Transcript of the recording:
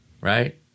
Right